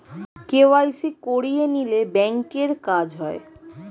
KYC করিয়ে নিলে ব্যাঙ্কের কাজ হয়